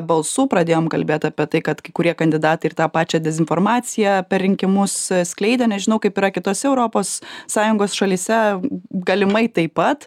balsų pradėjom kalbėt apie tai kad kai kurie kandidatai ir tą pačią dezinformaciją per rinkimus skleidė nežinau kaip yra kitose europos sąjungos šalyse galimai taip pat